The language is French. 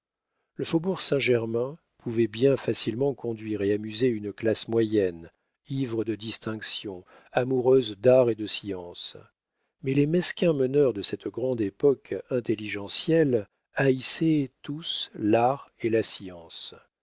le faubourg saint-germain pouvait bien facilement conduire et amuser une classe moyenne ivre de distinctions amoureuse d'art et de science mais les mesquins meneurs de cette grande époque intelligentielle haïssaient tous l'art et la science